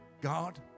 God